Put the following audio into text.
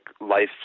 life